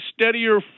steadier